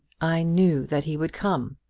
i knew that he would come,